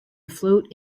float